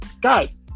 guys